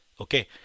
Okay